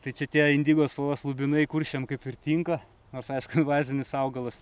tai čia tie indigo spalvos lubinai kuršiam kaip ir tinka nors aišku invazinis augalas